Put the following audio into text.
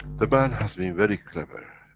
the man has been very clever.